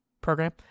program